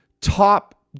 top